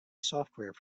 software